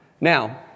Now